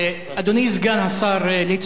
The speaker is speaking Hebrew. אדוני סגן השר ליצמן,